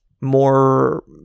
more